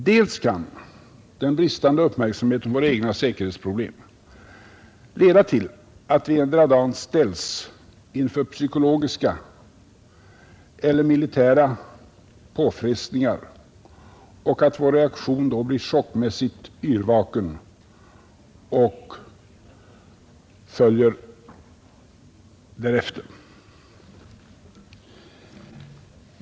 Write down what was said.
Dels kan den bristande uppmärksamheten på våra egna säkerhetsproblem leda till att vi endera dagen ställs inför psykologiska eller militära påfrestningar och att vår reaktion då blir chockmässigt yrvaken.